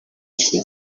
iki